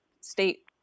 state